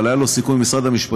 אבל היה לו סיכום עם משרד המשפטים,